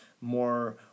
more